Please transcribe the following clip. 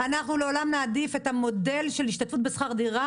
אנחנו לעולם נעדיף את המודל של השתתפות בשכר דירה,